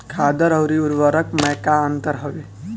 खादर अवरी उर्वरक मैं का अंतर हवे?